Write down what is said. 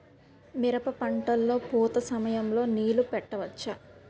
మిరప పంట లొ పూత సమయం లొ నీళ్ళు పెట్టవచ్చా?